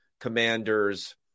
commander's